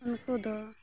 ᱩᱱᱠᱩ ᱫᱚ